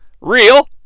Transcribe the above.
Real